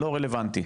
לא רלוונטי.